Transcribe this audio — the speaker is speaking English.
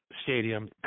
stadium